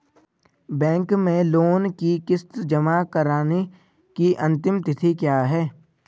Bank में loan की किश्त जमा कराने की अंतिम तिथि क्या है?